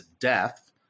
death